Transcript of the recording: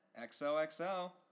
XOXO